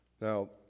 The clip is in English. Now